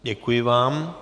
Děkuji vám.